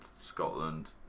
Scotland